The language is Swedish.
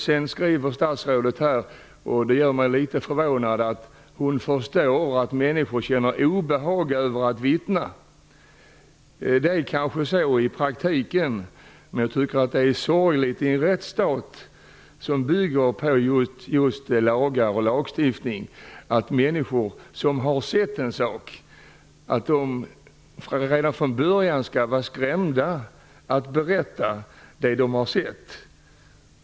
Det förvånar mig litet att statsrådet säger att hon förstår att människor känner obehag inför att vittna. I praktiken kanske det är så, men i en rättsstat som just bygger på lagar och lagstiftning är det sorgligt att människor som har sett en sak redan från början skall vara rädda för att berätta vad de har sett.